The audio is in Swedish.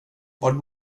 var